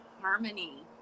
harmony